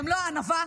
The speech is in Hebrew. במלוא הענווה,